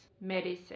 medicine